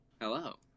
Hello